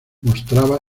mostraba